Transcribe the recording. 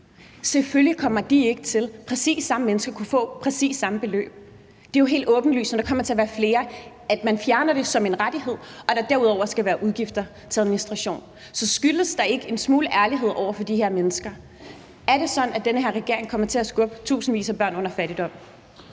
Selvfølgelig kommer præcis de samme mennesker ikke til at kunne få præcis det samme beløb. Det er jo helt åbenlyst, at der kommer til at være færre, når man fjerner det som en rettighed og der derudover skal være udgifter til administration. Så skylder man ikke en smule ærlighed over for de her mennesker? Er det sådan, at den her regering kommer til at skubbe tusindvis af børn under fattigdomsgrænsen?